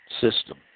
system